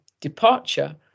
departure